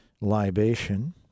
libation